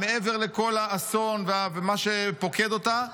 מעבר לכל האסון ומה שפוקד אותה.